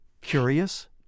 Curious